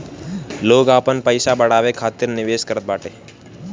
लोग आपन पईसा बढ़ावे खातिर निवेश करत बाटे